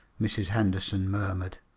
mrs. henderson murmured.